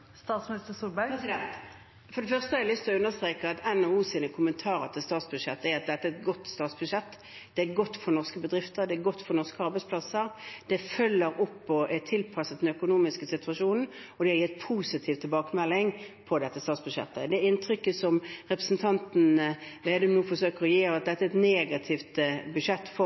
For det første har jeg lyst å understreke at NHOs kommentarer til statsbudsjettet er at dette er et godt statsbudsjett – det er godt for norske bedrifter og norske arbeidsplasser, og det følger opp og er tilpasset den økonomiske situasjonen. De har gitt en positiv tilbakemelding om dette statsbudsjettet. Det inntrykket som representanten Slagsvold Vedum nå forsøker å gi av at dette er et negativt budsjett for